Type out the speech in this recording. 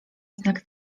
znak